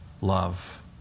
love